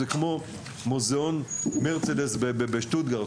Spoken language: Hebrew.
זה כמו מוזיאון מרצדס בשטוטגרט,